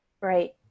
right